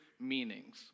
meanings